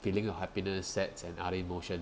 feeling of happiness sads and other emotions